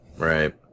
Right